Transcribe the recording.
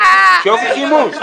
שווי שימוש.